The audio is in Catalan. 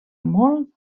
molt